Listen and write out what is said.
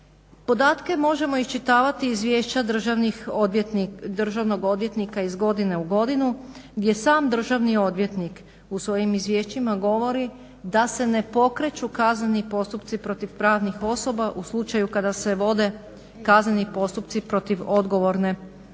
Podatke možemo iščitavati iz izvješća državnog odvjetnika iz godine u godinu gdje sam državni odvjetnik u svojim izvješćima govori da se ne pokreću kazneni postupci protiv pravnih osoba u slučaju kada se vode kazneni postupci protiv odgovorne